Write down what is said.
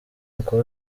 uncle